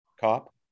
cop